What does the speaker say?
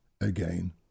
again